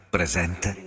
Presente